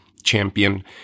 Champion